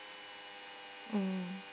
mm